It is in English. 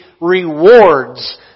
rewards